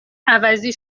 عوضی